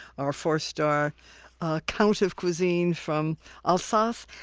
our four-star count of cuisine from alsace.